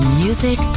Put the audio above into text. music